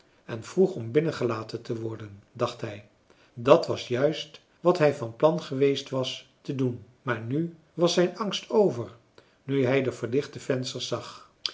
en vroeg om binnengelaten te worden dacht hij dat was juist wat hij van plan geweest was te doen maar nu was zijn angst over nu hij de verlichte vensters zag